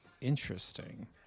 Interesting